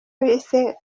bise